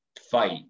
fight